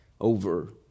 over